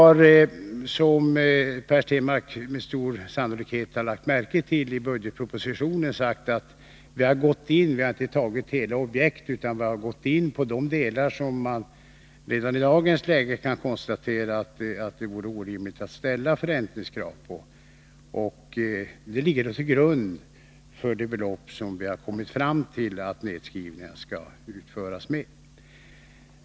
Som Per Stenmarck med stor sannolikhet har lagt märke till har vi på den här punkten sagt i budgetpropositionen att nedskärningarna inte skall gälla hela objekt, utan vi har gått in på sådana delar där man redan i dagens läge miska målsättning kan konstatera att förräntningskraven är orimliga. Detta ligger till grund för den bedömning vi har gjort av storleken på den nedskärning vi föreslår.